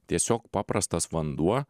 tiesiog paprastas vanduo